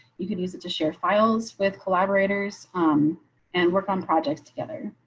you can use it to share files with collaborators um and work on projects together.